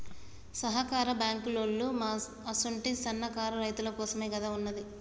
సహకార బాంకులోల్లు మా అసుంటి సన్నకారు రైతులకోసమేగదా ఉన్నది